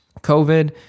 COVID